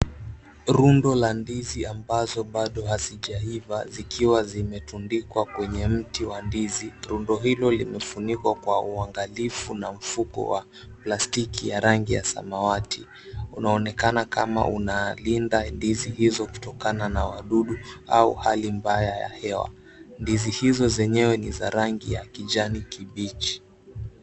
Rundo la ndizi ambazo bado hazijaiva zikiwa zimetundikwa kwenye mti wa ndizi, rundo hilo limefunikwa kwa uangalifu na mfuko wa plastiki ya rangi ya samawati unaonekana kama unalinda ndizi hizo kutokana na wadudu au hali mbaya ya hewa. Ndizi hizo zenyewe ni za rangi ya kijani kibichi.